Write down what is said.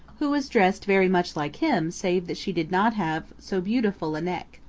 who was dressed very much like him save that she did not have so beautiful a neck.